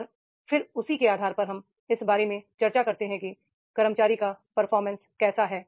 और फिर उसी के आधार पर हम इस बारे में चर्चा करते हैं कि कर्मचारी का परफॉर्मेंस कैसा है